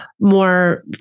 more